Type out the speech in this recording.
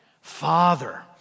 Father